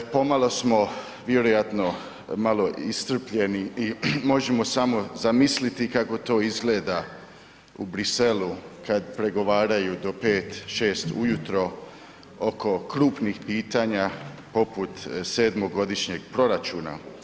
Pomalo smo vjerojatno malo iscrpljeni i možemo samo zamisliti kako to izgleda u Bruxellesu kad pregovaraju do 5, 6 ujutro oko krupnih pitanja poput sedmogodišnjeg proračuna.